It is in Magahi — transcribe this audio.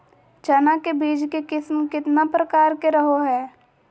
चना के बीज के किस्म कितना प्रकार के रहो हय?